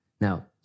Now